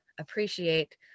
appreciate